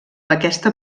aquesta